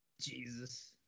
Jesus